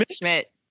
Schmidt